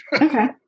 Okay